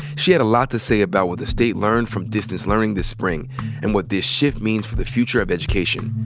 she had a lot to say about what the state learned from distance learning this spring and what the shift means for the future of education.